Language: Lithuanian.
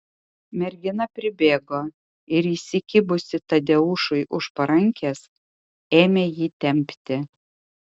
mergina pribėgo ir įsikibusi tadeušui už parankės ėmė jį tempti